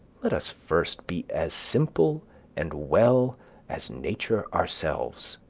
let us first be as simple and well as nature ourselves,